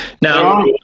now